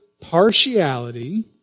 partiality